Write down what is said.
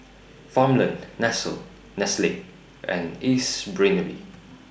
Farmland Nestle and Ace Brainery